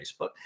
Facebook